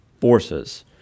forces